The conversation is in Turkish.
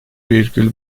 virgül